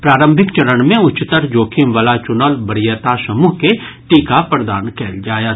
प्रारंभिक चरण मे उच्चतर जोखिम वला चुनल वरियता समूह के टीका प्रदान कयल जायत